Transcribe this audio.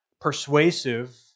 persuasive